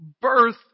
birth